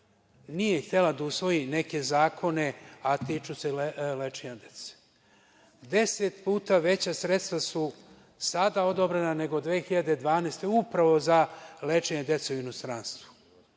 nije htela da usvoji neke zakone, a tiču se lečenja dece. Deset puta veća sredstva su sada odobrena nego 2012. godine upravo za lečenje dece u inostranstvu.